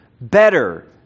better